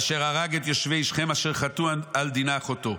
אשר הרג את יושבי שכם" אשר חטאו על דינה אחותו,